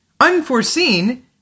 Unforeseen